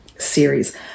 series